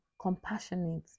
compassionate